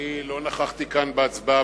אני לא נכחתי כאן בהצבעה,